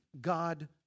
God